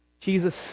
Jesus